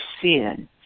sin